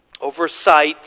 Oversight